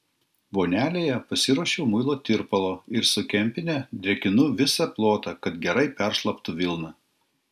vonelėje pasiruošiau muilo tirpalo ir su kempine drėkinu visą plotą kad gerai peršlaptų vilna